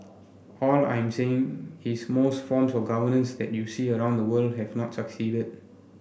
all I am saying is most forms of governance that you see around the world have not succeeded